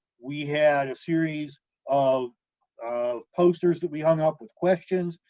we had a series of posters that we hung up with questions,